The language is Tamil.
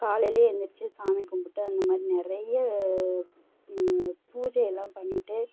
காலையில் எழுந்திரிச்சு சாமி கும்பிட்டு அந்த மாதிரி நிறைய பூஜையெல்லாம் பண்ணிவிட்டு